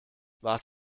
warst